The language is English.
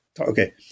Okay